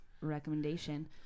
recommendation